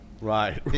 Right